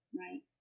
right